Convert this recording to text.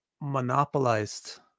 monopolized